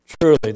Truly